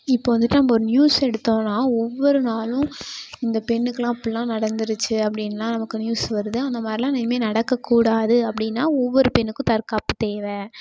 இப்போ வந்துட்டு ஒரு நியூஸ் எடுத்தோன்னால் ஒவ்வொரு நாளும் இந்த பெண்ணுக்கெல்லாம் அப்படிலாம் நடந்திருச்சு அப்படின்லாம் நமக்கு நியூஸ் வருது அந்த மாதிரிலாம் இனிமேல் நடக்கக் கூடாது அப்படின்னா ஒவ்வொரு பெண்ணுக்கும் தற்காப்பு தேவை